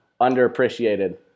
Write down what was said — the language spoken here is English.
underappreciated